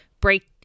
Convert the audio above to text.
break